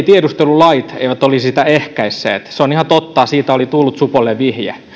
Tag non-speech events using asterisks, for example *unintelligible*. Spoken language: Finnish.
*unintelligible* tiedustelulait kuitenkaan olisi ehkäisseet se on ihan totta siitä oli tullut supolle vihje